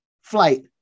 flight